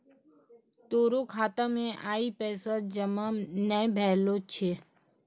तोरो खाता मे आइ पैसा जमा नै भेलो छौं